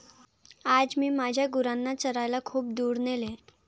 आज मी माझ्या गुरांना चरायला खूप दूर नेले